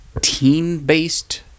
teen-based